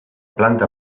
planta